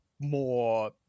more